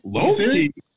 Low-key